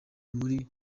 muri